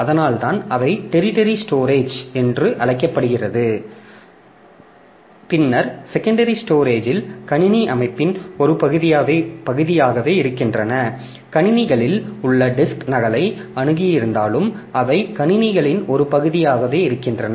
அதனால்தான் அவை tertiary storage என்று அழைக்கப்படுகின்றன பின்னர் செகண்டரி ஸ்டோரேஜில் கணினி அமைப்பின் ஒரு பகுதியாகவே இருக்கின்றன கணினிகளில் உள்ள டிஸ்க் நகலை அணுகியிருந்தாலும் அவை கணினிகளின் ஒரு பகுதியாகவே இருக்கின்றன